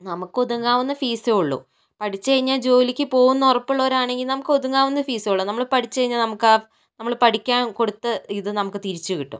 നമുക്ക് ഒതുങ്ങാവുന്ന ഫീസേ ഉള്ളൂ പഠിച്ച് കഴിഞ്ഞാൽ ജോലിക്ക് പോകുമെന്ന് ഉറപ്പുള്ളവർ ആണെങ്കിൽ നമുക്ക് ഒതുങ്ങാവുന്ന ഫീസേ ഉള്ളൂ നമ്മൾ പഠിച്ചു കഴിഞ്ഞാൽ നമുക്ക് ആ നമ്മള് പഠിക്കാൻ കൊടുത്ത ഇത് നമുക്ക് തിരിച്ചു കിട്ടും